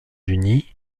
unis